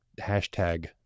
hashtag